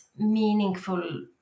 meaningful